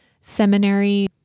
seminary